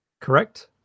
correct